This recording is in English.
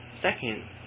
Second